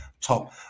top